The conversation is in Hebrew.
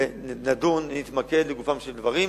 ונדון ונתמקד לגופם של דברים.